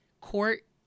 court